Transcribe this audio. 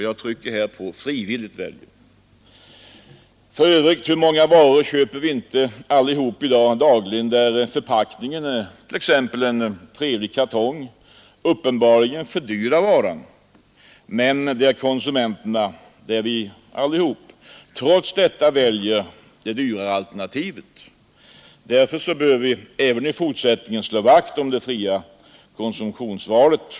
Jag vill för övrigt fråga: Hur många varor köper vi inte alla dagligen där förpackningen, t.ex. en trevlig kartong, uppenbarligen fördyrar varan men där konsumenterna, nämligen vi alla, trots detta väljer det dyrare alternativet? Vi bör även i fortsättningen slå vakt om det fria konsumtionsvalet.